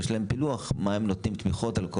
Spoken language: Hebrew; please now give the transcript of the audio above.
יש להם פילוח של התמיכות שהם נותנים על כל